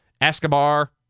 Escobar